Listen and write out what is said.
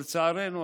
לצערנו,